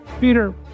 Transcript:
Peter